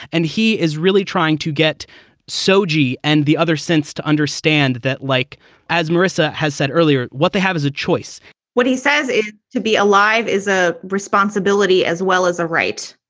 and he is really trying to get so g. and the other sense to understand that like as marissa has said earlier, what they have is a choice what he says is to be alive is a responsibility as well as a right.